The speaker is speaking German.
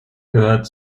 gehört